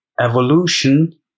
evolution